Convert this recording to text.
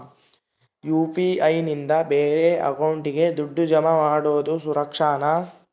UPI ನಿಂದ ಬೇರೆ ಅಕೌಂಟಿಗೆ ದುಡ್ಡು ಜಮಾ ಮಾಡೋದು ಸುರಕ್ಷಾನಾ?